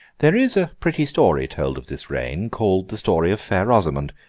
there is a pretty story told of this reign, called the story of fair rosamond.